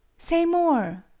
say more,